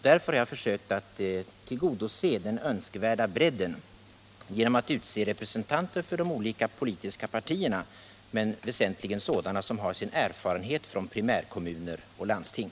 Därför har jag försökt att tillgodose den önskvärda bredden genom att utse representanter för de olika politiska partierna men att då väsentligen välja sådana som har sin erfarenhet från primärkommuner och landsting.